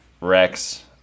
Rex